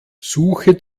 suche